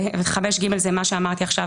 5ג זה מה שאמרתי עכשיו,